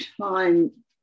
time